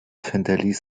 hinterließ